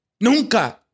Nunca